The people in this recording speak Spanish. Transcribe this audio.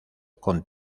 con